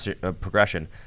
progression